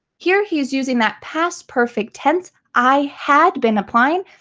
here he is using that past perfect tense, i had been applying,